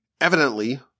Evidently